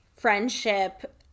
friendship